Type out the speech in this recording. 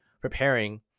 preparing